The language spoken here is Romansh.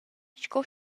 sco